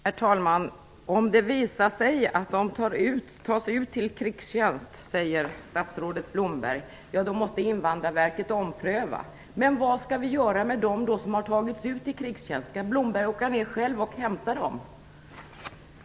Herr talman! Om det visar sig att de tas ut till krigstjänst måste Invandrarverket ompröva, säger statsrådet Blomberg. Men vad skall vi då göra med dem som har tagits ut till krigstjänst? Skall Blomberg åka ner själv och hämta dem?